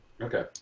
Okay